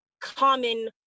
common